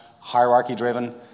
hierarchy-driven